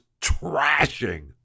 trashing